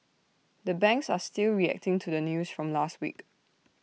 the banks are still reacting to the news from last week